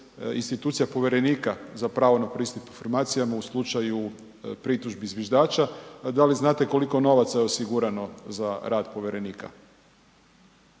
institucija povjerenika za pravo na pristup informacijama u slučaju pritužbi zviždača. Da li znate koliko je novaca osigurano za rad povjerenika?